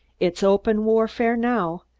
it's open warfare now.